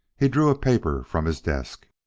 he drew a paper from his desk.